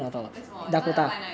为什么你会 apply 那里